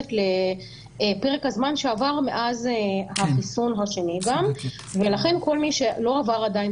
מתייחסת לפרק הזמן שעבר מאז החיסון השני ולכן כל מי שלא עבר עדיין